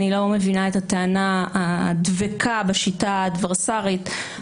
אני לא מבינה את הטענה הדבקה בשיטה האדוורסרית.